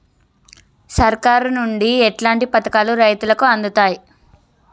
సర్కారు నుండి ఎట్లాంటి పథకాలు రైతులకి అందుతయ్?